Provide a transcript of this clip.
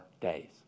days